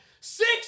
Six